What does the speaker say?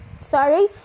Sorry